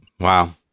Wow